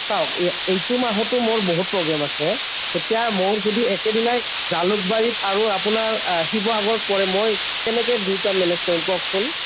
চাওক এই এইটো মাহতো মোৰ বহুত প্ৰ'গ্ৰেম আছে এতিয়া মোৰ যদি একেদিনাই জালুকবাৰী আৰু আপোনাৰ শিৱসাগৰত পৰে মই কেনেকে দুইটা মেনেজ কৰিম কওকচোন